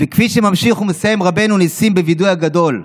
וכפי שממשיך ומסיים רבנו ניסים בווידוי הגדול: